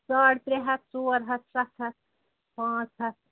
ساڑ ترٛےٚ ہَتھ ژور ہَتھ سَتھ ہَتھ پانٛژھ ہَتھ